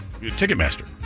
Ticketmaster